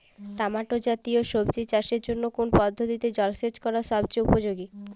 Tomato জাতীয় সবজি চাষের জন্য কোন পদ্ধতিতে জলসেচ করা সবচেয়ে উপযোগী?